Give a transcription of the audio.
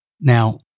Now